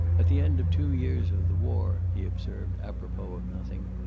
at the end of two years of the war, he observed, apropos of nothing,